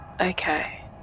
Okay